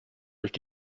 durch